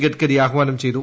ഗഡ്കരി ആഹ്വാനം ചെയ്തു